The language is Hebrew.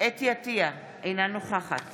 אתי עטייה, אינה נוכחת